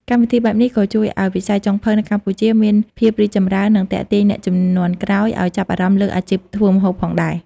កម្មវិធីបែបនេះក៏ជួយឲ្យវិស័យចុងភៅនៅកម្ពុជាមានភាពរីកចម្រើន និងទាក់ទាញអ្នកជំនាន់ក្រោយឲ្យចាប់អារម្មណ៍លើអាជីពធ្វើម្ហូបផងដែរ។